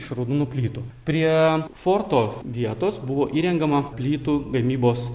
iš raudonų plytų prie forto vietos buvo įrengiama plytų gamybos